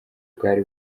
bwari